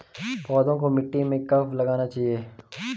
पौधों को मिट्टी में कब लगाना चाहिए?